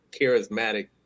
charismatic